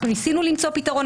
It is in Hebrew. אנחנו ניסינו למצוא פתרון.